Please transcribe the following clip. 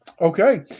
Okay